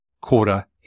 quarter